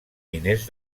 miners